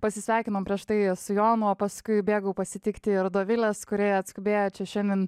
pasisveikinom prieš tai su jonu o paskui bėgau pasitikti ir dovilės kuri atskubėjo čia šiandien